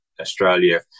Australia